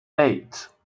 eight